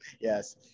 yes